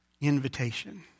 invitation